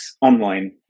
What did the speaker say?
online